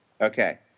Okay